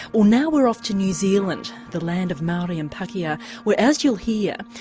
well now we're off to new zealand, the land of maori and pakeha, where, as you'll hear,